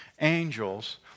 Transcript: angels